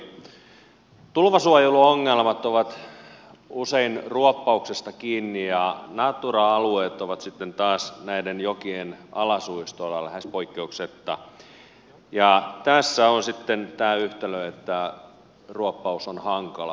tulvasuojeluongelmat ovat usein ruoppauksesta kiinni ja natura alueet ovat sitten taas näiden jokien alasuistoilla lähes poikkeuksetta ja tässä on sitten tämä yhtälö että ruoppaus on hankalaa